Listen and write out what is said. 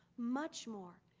much more.